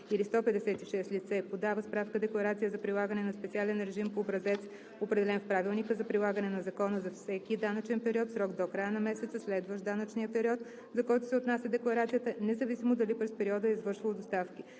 или 156 лице подава справка-декларация за прилагане на специален режим по образец, определен в Правилника за прилагане на Закона, за всеки данъчен период в срок до края на месеца, следващ данъчния период, за който се отнася декларацията, независимо дали през периода е извършвало доставки.